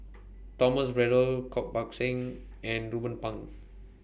Thomas Braddell Koh Buck Song and Ruben Pang